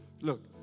Look